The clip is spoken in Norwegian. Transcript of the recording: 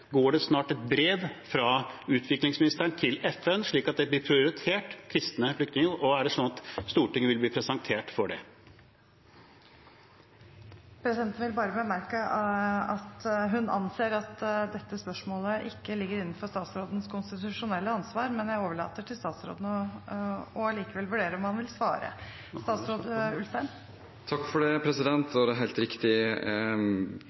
Går det snart et brev fra utviklingsministeren til FN, slik at kristne flyktninger blir prioritert, og er det slik at Stortinget vil bli presentert for det? Presidenten vil bare bemerke at hun anser at dette spørsmålet ikke ligger innenfor statsrådens konstitusjonelle ansvar, men jeg overlater til statsråden å vurdere om han likevel vil svare. Det er helt riktig – når det